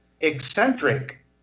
eccentric